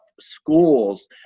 schools